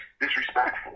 disrespectful